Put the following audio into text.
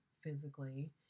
physically